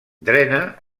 drena